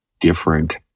different